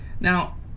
Now